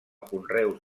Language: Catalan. conreus